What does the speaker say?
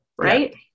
right